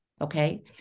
okay